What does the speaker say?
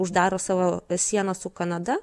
uždaro savo sieną su kanada